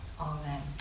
Amen